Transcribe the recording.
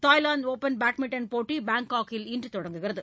Thailand open badminton போட்டிகள் பாங்காக்கில் இன்று தொடங்குகின்றன